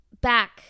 back